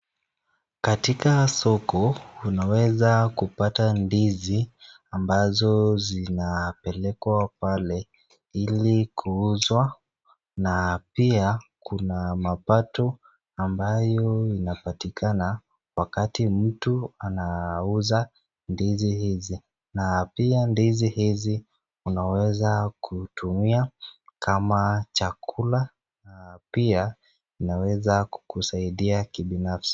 Katika soko unaweza kupata ndizi ambazo zinapelekwa pale ili kuuzwa. Na pia kuna mapato ambayo inapatikana wakati mtu anauza ndizi hizi. Na pia ndizi hizi unaweza kutumia kama chakula, na pia inaweza kukusaidia kibinafsi.